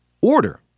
order